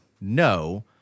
no